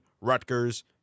Rutgers